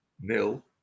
nil